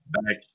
back